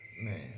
Man